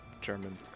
German